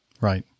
right